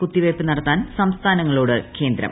കുത്തിവയ്പ്പ് നടത്താൻ സംസ്ഥാനങ്ങളോട് കേന്ദ്രം